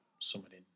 summoning